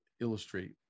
illustrate